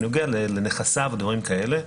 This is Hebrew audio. בנוגע לנכסיו ודברים כאלה,